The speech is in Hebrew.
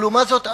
אבל לעומת זאת,